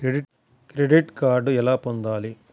Credit card ఎలా పొందాలి?